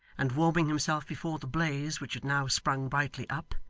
and warming himself before the blaze which had now sprung brightly up,